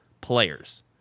players